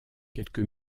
quelque